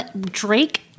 Drake